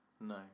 No